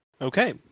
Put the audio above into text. Okay